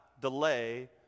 delay